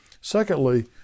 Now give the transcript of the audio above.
Secondly